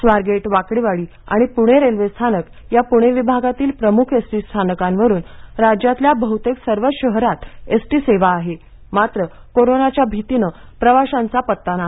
स्वारगेट वाकडेवाडी आणि पुणे रेल्वे स्थानक या पुणे विभागातील प्रमुख एस टी स्थानकांवरून राज्यातल्या बहुतेक सर्वच शहरात एस टी सेवा आहे मात्र कोरोनाच्या भीतीने प्रवाशांचा पत्ता नाही